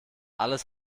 alles